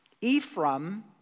Ephraim